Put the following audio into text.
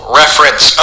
reference